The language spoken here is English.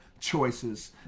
choices